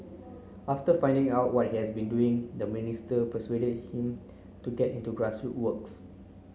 after finding out what he has been doing the minister persuaded him to get into grassroot works